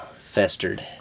Festered